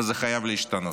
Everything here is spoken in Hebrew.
וזה חייב להשתנות.